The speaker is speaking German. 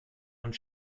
und